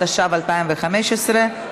התשע"ו 2015,